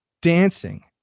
dancing